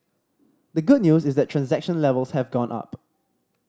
the good news is that transaction levels have gone up